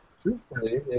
Truthfully